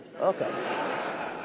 Okay